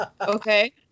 okay